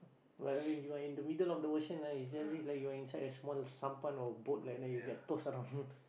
but when you are in the middle of the ocean ah it just like you inside a small sampan or boat like that you get tossed around